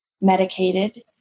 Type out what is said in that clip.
medicated